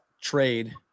trade